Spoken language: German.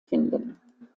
finden